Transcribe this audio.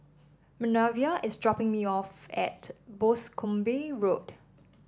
Minervia is dropping me off at Boscombe Road